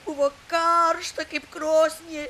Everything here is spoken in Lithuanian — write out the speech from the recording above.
buvo karšta kaip krosnyje